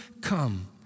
come